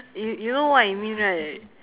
you you know what I mean right